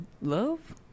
love